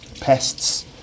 pests